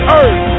earth